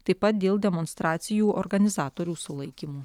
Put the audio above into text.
taip pat dėl demonstracijų organizatorių sulaikymų